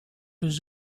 his